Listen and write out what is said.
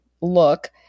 look